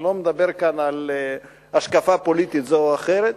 אני לא מדבר כאן על השקפה פוליטית זו או אחרת.